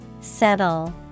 Settle